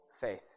faith